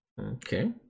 Okay